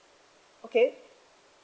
okay